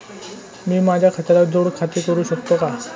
मी माझ्या खात्याला जोड खाते करू शकतो का?